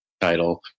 title